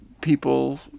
people